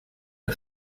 der